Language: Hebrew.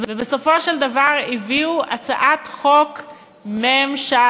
ובסופו של דבר הביאו הצעת חוק ממשלתית,